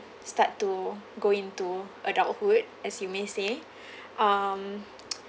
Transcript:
start to go into adulthood as you may say um